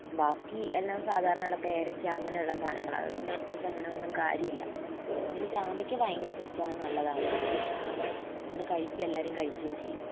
ബാക്കി എല്ലാം സാധാരണയുള്ള പേരയ്ക്ക അങ്ങനെയുള്ള സാധനങ്ങളാണ് അതു പിന്നെ പ്രത്യേകിച്ചൊന്നും കാര്യ ഇല്ല നമ്മള് ചാമ്പയ്ക്ക വൈനിട്ടു വെച്ചാൽ നല്ലതാണ് എനിക്കിഷ്ടാണ് ഞങ്ങള് കഴിക്കും എല്ലാരും കഴിക്കുകയും ചെയ്യും